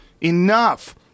Enough